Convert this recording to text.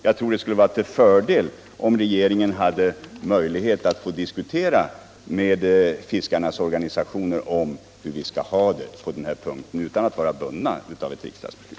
Jag tror att det skulle vara till fördel om regeringen hade möjlighet att få diskutera med fiskarnas organisationer om hur vi skall ha det på den här punkten utan att vara bundna av ett riksdagsbeslut.